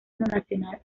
nacional